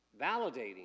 validating